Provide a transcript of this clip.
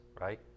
right